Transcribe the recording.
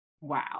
Wow